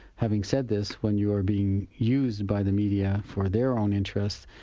having said this, when you are being used by the media for their own interests,